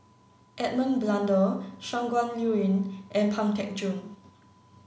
Edmund Blundell Shangguan Liuyun and Pang Teck Joon